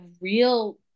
real